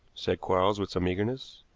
said quarles, with some eagerness.